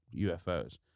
UFOs